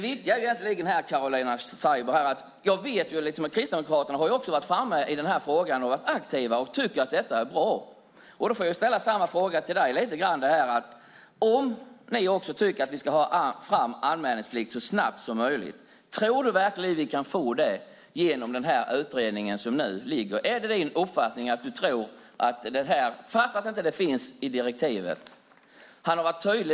Jag vet att Kristdemokraterna också har varit aktiva i den här frågan och tycker att detta är bra. Om ni också tycker att vi ska införa anmälningsplikt så snabbt som möjligt, tror du verkligen att vi kan få det genom den här utredningen trots att det inte finns med i direktivet?